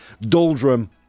doldrum